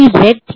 red